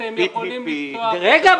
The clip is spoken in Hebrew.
PPP --- אתם יכולים לפתוח --- רגע,